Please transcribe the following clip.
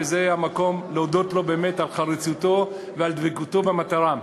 וזה המקום להודות לו על חריצותו ועל דבקותו במטרה,